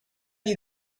you